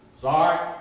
sorry